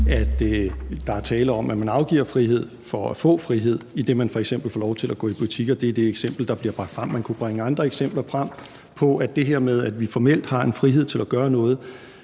at der er tale om, at man afgiver frihed for at få frihed, idet man f.eks. får lov til at gå i butikker. Det er det eksempel, der bliver bragt frem. Man kunne bringe andre eksempler frem på det her med, at vi formelt har frihed til at gøre noget,